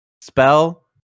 Spell